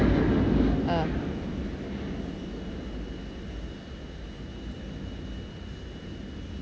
ah